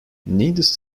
needless